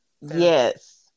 yes